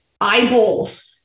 eyeballs